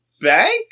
bank